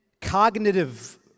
cognitive